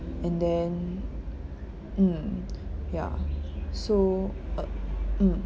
and then mm ya so uh mm